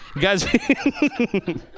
guys